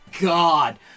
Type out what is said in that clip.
God